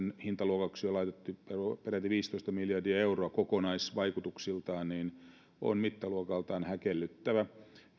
hintaluokaksi on laitettu peräti viisitoista miljardia euroa kokonaisvaikutuksiltaan on mittaluokaltaan häkellyttävä